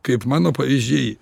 kaip mano pavyzdžiai